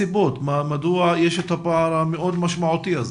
מדוע יש את הפער המאוד משמעותי הזה,